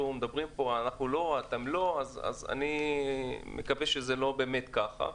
אני מקווה שזה לא באמת כך.